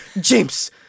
James